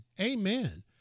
Amen